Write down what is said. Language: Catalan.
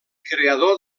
creador